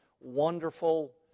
wonderful